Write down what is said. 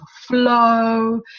flow